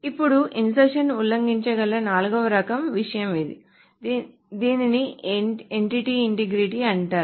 ఇప్పడు ఇన్సర్షన్ ఉల్లంఘించగల నాల్గవ రకం విషయం ఇది దీనిని ఎంటిటీ ఇంటిగ్రిటీ అంటారు